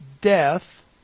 death